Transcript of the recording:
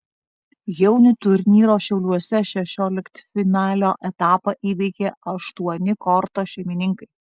jaunių turnyro šiauliuose šešioliktfinalio etapą įveikė aštuoni korto šeimininkai